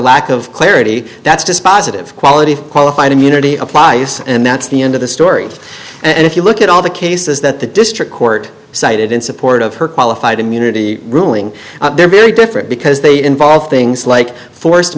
lack of clarity that's dispositive quality qualified immunity applies and that's the end of the story and if you look at all the cases that the district court cited in support of her qualified immunity ruling they're very different because they involve things like forced